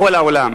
בכל העולם.